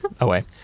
away